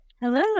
Hello